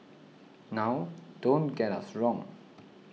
now don't get us wrong